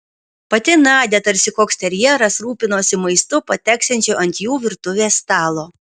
pati nadia tarsi koks terjeras rūpinosi maistu pateksiančiu ant jų virtuvės stalo